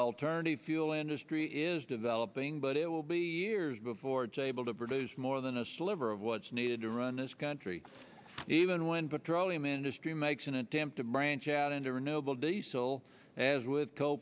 alternative fuel industry is developing but it will be years before table to produce more than a sliver of what's needed to run this country even when petroleum industry makes an attempt to branch out into renewable diesel as with co